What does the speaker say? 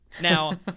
Now